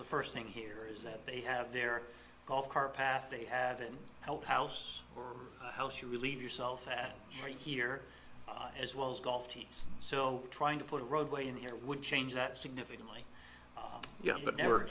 the first thing here is that they have their golf cart path they haven't helped house or house you relieve yourself that way here as well as golf teams so trying to put a roadway in here would change that significantly yes but never